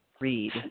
read